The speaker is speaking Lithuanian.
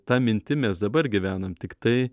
ta mintim mes dabar gyvenam tiktai